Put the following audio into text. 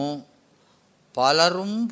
Palarum